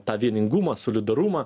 tą vieningumą solidarumą